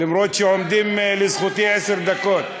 למרות שעומדות לזכותי עשר דקות.